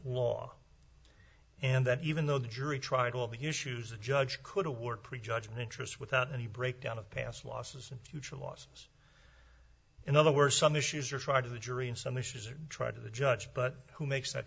law and that even though the jury tried all the issues a judge could award prejudgment interest without any breakdown of past losses and future losses in other words some issues or try to the jury in some issues or try to the judge but who makes that